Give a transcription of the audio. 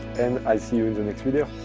and i'll see you in the next video.